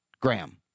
Graham